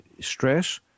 stress